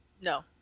No